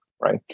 right